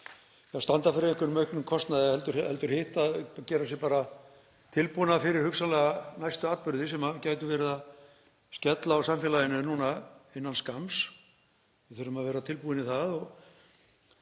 að standa fyrir auknum kostnaði heldur hitt, að vera bara tilbúin fyrir hugsanlega atburði sem gætu verið að skella á samfélaginu innan skamms. Við þurfum að vera tilbúin í það.